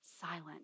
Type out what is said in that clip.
silent